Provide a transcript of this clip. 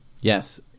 Yes